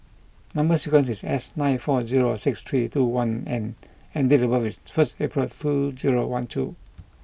number sequence is S nine four zero six three two one N and date of birth is first April two zero one two